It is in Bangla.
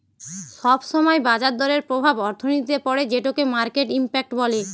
সব সময় বাজার দরের প্রভাব অর্থনীতিতে পড়ে যেটোকে মার্কেট ইমপ্যাক্ট বলে